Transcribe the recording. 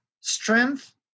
strength